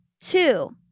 Two